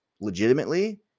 legitimately